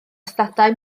stadau